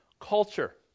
culture